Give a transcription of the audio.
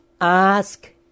ask